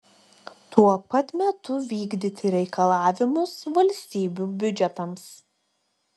tuo pat metu vykdyti reikalavimus valstybių biudžetams